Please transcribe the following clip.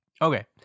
Okay